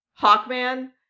Hawkman